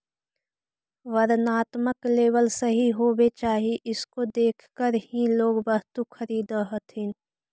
वर्णात्मक लेबल सही होवे चाहि इसको देखकर ही लोग वस्तु खरीदअ हथीन